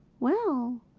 well,